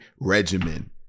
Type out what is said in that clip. regimen